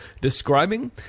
describing